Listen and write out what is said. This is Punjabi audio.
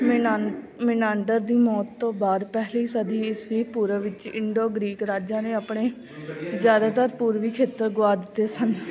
ਮਿਨਾ ਮਿਨਾਂਡਰ ਦੀ ਮੌਤ ਤੋਂ ਬਾਅਦ ਪਹਿਲੀ ਸਦੀ ਈਸਵੀ ਪੂਰਵ ਵਿੱਚ ਇੰਡੋ ਗ੍ਰੀਕ ਰਾਜਾਂ ਨੇ ਆਪਣੇ ਜ਼ਿਆਦਾਤਰ ਪੂਰਬੀ ਖੇਤਰ ਗੁਆ ਦਿੱਤੇ ਸਨ